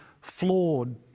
flawed